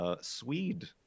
Swede